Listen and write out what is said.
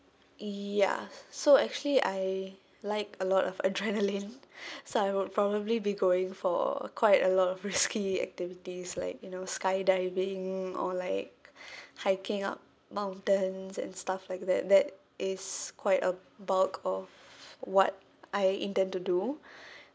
ya so actually I like a lot of adrenaline so I would probably be going for quite a lot of risky activities like you know skydiving or like hiking up mountains and stuff like that that is quite a bulk of what I intend to do